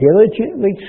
diligently